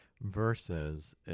versus